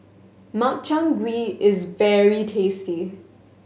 Makchang Gui is very tasty